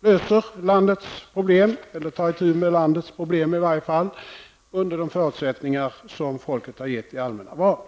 löser eller tar åtminstone itu med landets problem under de förutsättningar som folket har gett i allmänna val.